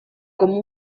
com